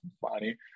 funny